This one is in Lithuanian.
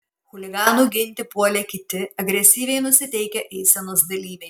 chuliganų ginti puolė kiti agresyviai nusiteikę eisenos dalyviai